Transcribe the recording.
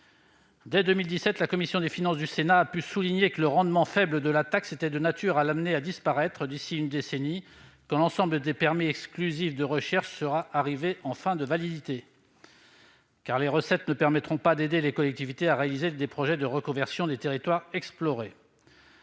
Dès 2017, la commission des finances du Sénat a pu souligner que le rendement faible de la taxe était de nature à l'amener à disparaître d'ici une décennie quand l'ensemble des permis exclusifs de recherche sera arrivé en fin de validité. Les recettes ne permettront pas d'aider les collectivités à réaliser des projets de reconversion des territoires explorés.